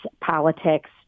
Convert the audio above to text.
politics